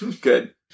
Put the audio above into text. Good